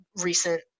recent